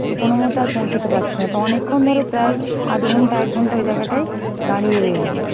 তো কোনো মতে আর পৌঁছাতে পারছি না তো অনেকক্ষণ ধরে প্রায়ই আধ ঘন্টা এক ঘন্টা ওই জায়গাটায় দাঁড়িয়ে রইলাম